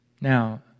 Now